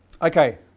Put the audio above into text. Okay